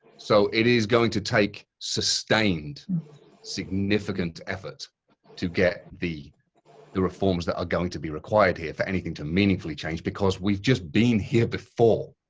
so it is going to take sustained significant efforts to get the the reforms that are going to be required here for anything to meaningfully change because we've just been here before.